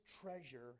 treasure